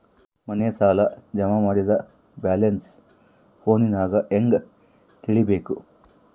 ಮನೆ ಸಾಲ ಜಮಾ ಮಾಡಿದ ಬ್ಯಾಲೆನ್ಸ್ ಫೋನಿನಾಗ ಹೆಂಗ ತಿಳೇಬೇಕು?